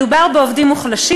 מדובר בעובדים מוחלשים,